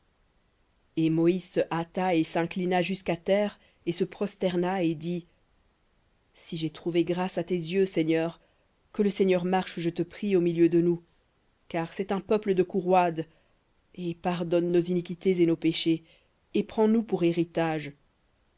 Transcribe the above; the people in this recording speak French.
et moïse se hâta et s'inclina jusqu'à terre et se prosterna et dit si j'ai trouvé grâce à tes yeux seigneur que le seigneur marche je te prie au milieu de nous car c'est un peuple de cou roide et pardonne nos iniquités et nos péchés et prends nous pour héritage